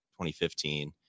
2015